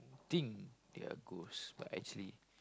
think they are ghost but actually